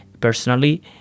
personally